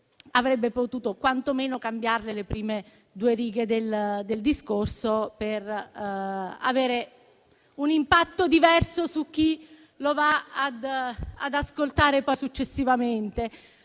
avrebbe potuto quanto meno cambiarle le prime due righe del discorso, per avere un impatto diverso su chi lo va ad ascoltare successivamente.